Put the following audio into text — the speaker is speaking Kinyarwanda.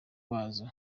bazo